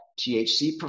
THC